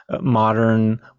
modern